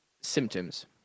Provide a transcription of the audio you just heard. symptoms